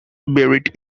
buried